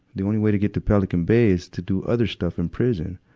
the only way to get to pelican bay is to do other stuff in prison.